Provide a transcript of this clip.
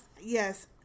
yes